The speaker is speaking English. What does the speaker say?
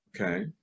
Okay